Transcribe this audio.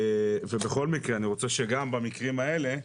ובכל מקרה, אני רוצה שגם במקרים האלה,